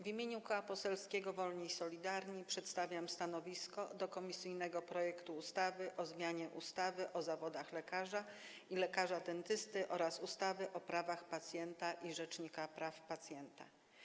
W imieniu Koła Poselskiego Wolni i Solidarni przedstawiam stanowisko wobec komisyjnego projektu ustawy o zmianie ustawy o zawodach lekarza i lekarza dentysty oraz ustawy o prawach pacjenta i Rzeczniku Praw Pacjenta.